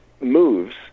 moves